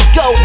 go